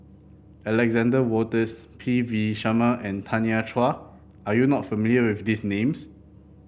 Alexander Wolters P V Sharma and Tanya Chua are you not familiar with these names